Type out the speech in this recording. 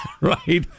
Right